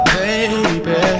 baby